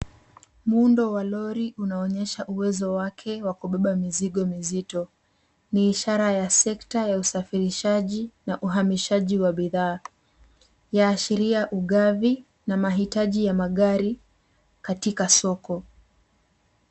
Muundo wa lori unaonyesha uwezo wake wa kubeba mizigo mizito. Ni ishara ya sekta ya usafirishaji na uhamishaji wa bidhaa. Yaashiria ugavi na mahitaji ya magari katika soko.